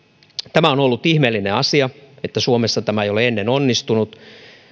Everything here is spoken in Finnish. tämä on ollut ihmeellinen asia että suomessa tämä ei ole ennen onnistunut